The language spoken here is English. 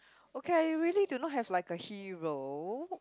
okay I really do not have like a hero